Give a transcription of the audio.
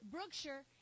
Brookshire